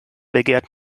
begehrt